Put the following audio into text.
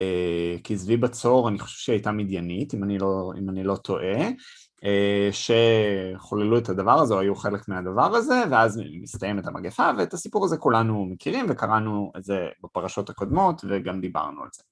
כי סביב הצור, אני חושב שהייתה מדיינית, אם אני לא טועה, שחוללו את הדבר הזה, או היו חלק מהדבר הזה, ואז מסתיים את המגפה, ואת הסיפור הזה כולנו מכירים, וקראנו את זה בפרשות הקודמות, וגם דיברנו על זה.